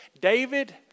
David